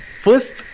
first